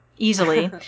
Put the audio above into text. easily